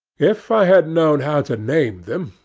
if i had known how to name them,